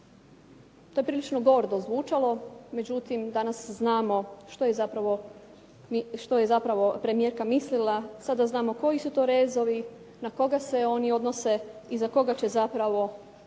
To je prilično gordo zvučalo, međutim danas znamo što je zapravo premijerka mislila, sada znamo koji su to rezovi, na koga se oni odnose i za koga će zapravo